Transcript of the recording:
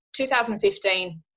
2015